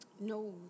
No